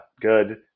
good